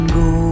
go